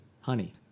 honey